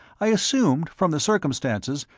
i assumed, from the circumstances,